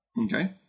Okay